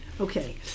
Okay